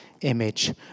image